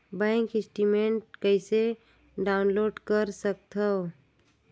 Bank statement कइसे download कर सकथव?